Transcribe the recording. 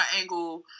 angle